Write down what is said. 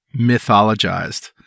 mythologized